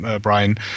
Brian